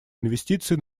инвестиций